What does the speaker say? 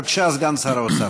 בבקשה, סגן שר האוצר.